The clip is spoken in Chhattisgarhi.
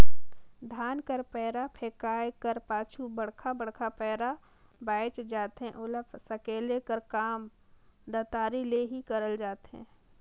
धान कर पैरा फेकाए कर पाछू बड़खा बड़खा पैरा बाएच जाथे ओला सकेले कर काम दँतारी ले ही करल जाथे